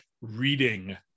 reading